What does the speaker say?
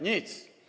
Nic.